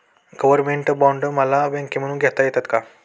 Government bond मला बँकेमधून घेता येतात का?